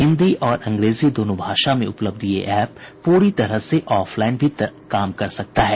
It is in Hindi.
हिन्दी और अंग्रेजी दोनों भाषा में उपलब्ध ये ऐप पूरी तरह से ऑफ लाइन भी काम कर सकता है